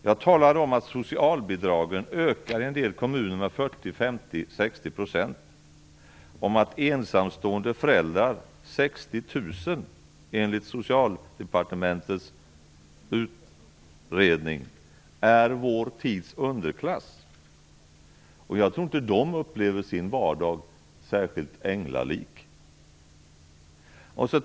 Jag talade om socialbidragen, som i en del kommuner ökar med 40, 50 eller 60 %, om att ensamstående föräldrar - 60 000, enligt Socialdepartementets utredning - är vår tids underklass. Jag tror inte att de upplever sin vardag som särskilt änglalik.